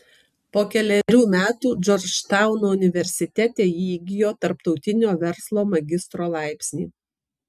po kelerių metų džordžtauno universitete ji įgijo tarptautinio verslo magistro laipsnį